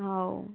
ହଉ